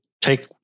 take